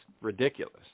ridiculous